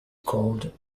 called